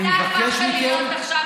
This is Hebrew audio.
אתה הפכת להיות עכשיו,